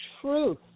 truth